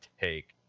take